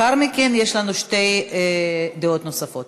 שקד, ולאחר מכן יש לנו שתי דעות נוספות.